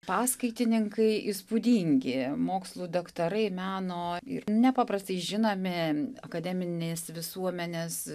paskaitininkai įspūdingi mokslų daktarai meno ir nepaprastai žinomi akademinės visuomenės